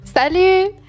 Salut